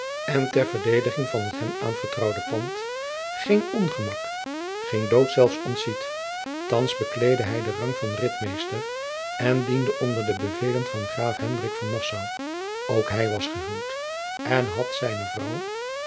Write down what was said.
en ter verdediging van het hem aanvertrouwde pand geen ongemak geen dood zelfs ontziet thands bekleedde hij den rang van ritmeester en diende onder de bevelen van graaf hendrik van nassau ook hij was gehuwd en had zijne vrouw